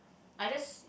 I just